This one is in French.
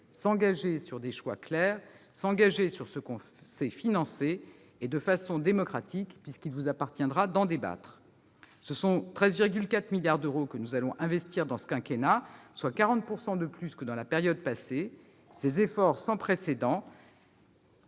s'engager sur des choix clairs ; s'engager sur ce qu'on sait financer ; et s'engager de façon démocratique puisqu'il vous appartiendra d'en débattre. Ce sont 13,4 milliards d'euros que nous allons investir dans ce quinquennat, soit 40 % de plus que durant la période passée. Cet effort sans précédent